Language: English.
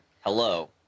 Hello